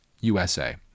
USA